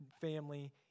family